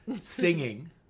singing